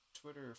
twitter